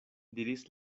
diris